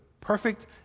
perfect